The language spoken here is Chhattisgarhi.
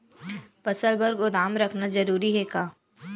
फसल बर गोदाम रखना जरूरी हे का?